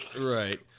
Right